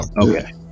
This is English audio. Okay